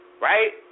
right